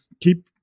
keep